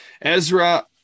Ezra